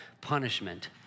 punishment